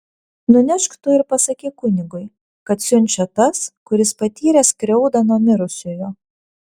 nunešk tu ir pasakyk kunigui kad siunčia tas kuris patyrė skriaudą nuo mirusiojo